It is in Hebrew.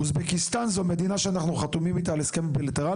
אוזבקיסטן זו מדינה שאנחנו חתומים איתה על הסכם בילטרלי?